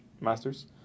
Masters